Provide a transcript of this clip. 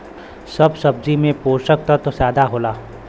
सब सब्जी में पोसक तत्व जादा होला